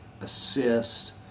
assist